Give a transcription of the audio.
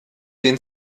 den